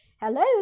Hello